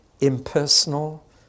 impersonal